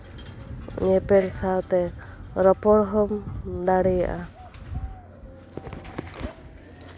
ᱧᱮᱯᱮᱞ ᱥᱟᱶᱛᱮ ᱨᱚᱯᱚᱲ ᱦᱚᱸᱢ ᱫᱟᱲᱮᱭᱟᱜᱼᱟ